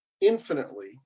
infinitely